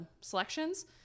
selections